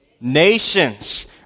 nations